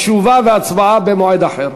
תשובה והצבעה במועד אחר.